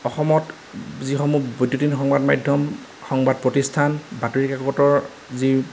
অসমত যিসমূহ বৈদ্যুদিন সংবাদ মাধ্যম সংবাদ প্ৰতিষ্ঠান বাতৰি কাকতৰ যি